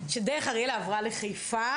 ש"דרך אריאלה" עברה לחיפה